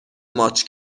ماچ